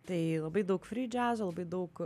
tai labai daug fridžiazo labai daug